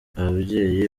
ababyeyi